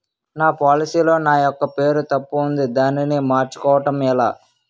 నా పోలసీ లో నా యెక్క పేరు తప్పు ఉంది దానిని మార్చు కోవటం ఎలా?